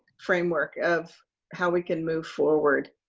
framework of how we can move forward,